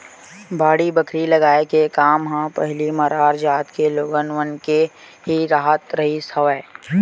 बाड़ी बखरी लगाए के काम ह पहिली मरार जात के लोगन मन के ही राहत रिहिस हवय